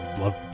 Love